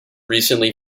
recently